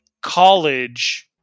college